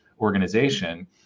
organization